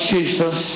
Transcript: Jesus